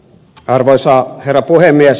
arvoisa herra puhemies